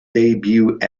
debut